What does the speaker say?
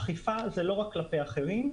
אכיפה זה לא רק כלפי אחרים,